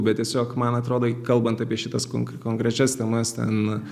bet tiesiog man atrodo kalbant apie šitas konkrečias temas ten